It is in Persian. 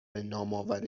نامآور